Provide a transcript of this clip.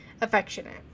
affectionate